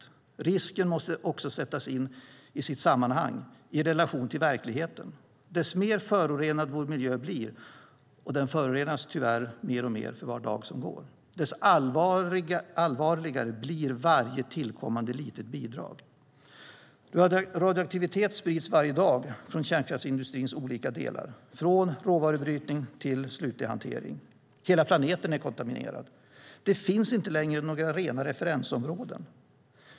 Risken måste också sättas i relation till verkligheten. Ju mer förorenad vår vardagsmiljö blir, och den förorenas tyvärr mer och mer för var dag som går, desto allvarligare blir varje tillkommande litet bidrag. Radioaktivt damm sprids varje dag från kärnkraftsindustrins olika delar - från råvarubrytning till sluthantering. Hela planeten är kontaminerad. Det finns inte längre några rena referensområden.